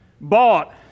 bought